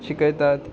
शिकयतात